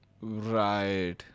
Right